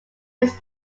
makes